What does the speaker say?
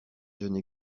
jeune